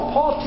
Paul